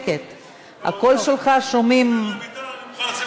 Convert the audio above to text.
עטר, מבקשים שקט, שומעים את הקול שלך.